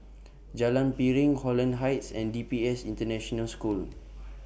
Jalan Piring Holland Heights and D P S International School